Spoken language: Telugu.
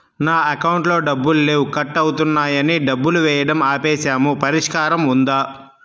నా అకౌంట్లో డబ్బులు లేవు కట్ అవుతున్నాయని డబ్బులు వేయటం ఆపేసాము పరిష్కారం ఉందా?